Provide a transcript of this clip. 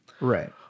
Right